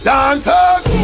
Dancers